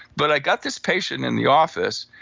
but i got this patient in the office,